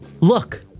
Look